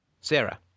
Sarah